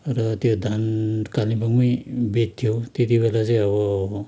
र त्यो धान कालिम्पोङमै बेच्थ्यो त्यति बेला चाहिँ अब